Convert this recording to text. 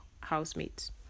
housemates